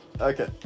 Okay